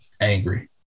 angry